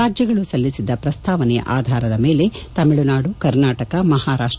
ರಾಜ್ಯಗಳು ಸಲ್ಲಿಸಿದ್ದ ಪ್ರಸ್ತಾವನೆಯ ಆಧಾರದ ಮೇಲೆ ತಮಿಳುನಾಡು ಕರ್ನಾಟಕ ಮಹಾರಾಷ್ಟ